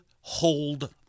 hold